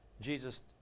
Jesus